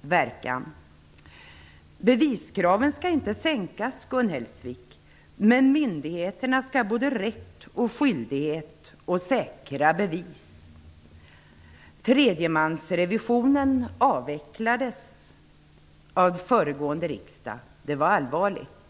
verkan. Beviskraven skall inte sänkas, Gun Hellsvik, men myndigheterna skall ha både rätt och skyldighet att säkra bevis. Tredjemansrevisionen avvecklades av den föregående riksdagen. Det var allvarligt.